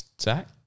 Zach